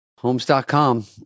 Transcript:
Homes.com